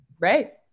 right